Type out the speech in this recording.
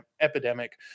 epidemic